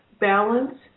Balance